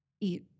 eat